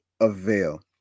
avail